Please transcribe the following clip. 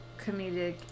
comedic